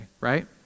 right